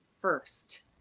first